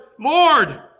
Lord